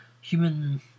human